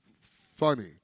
funny